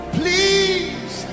please